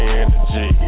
energy